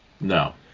No